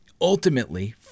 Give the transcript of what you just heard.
ultimately